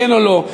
כן או לא.